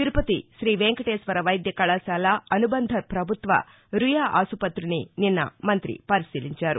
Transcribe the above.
తిరుపతి తీ వేంకటేశ్వర వైద్యకళాశాల అనుబంధ పభుత్వ రుయా ఆసుపతిని నిన్న మంతి పరిశీలించారు